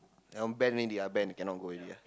uh banned already ah banned cannot go already ah